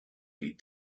lead